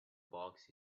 box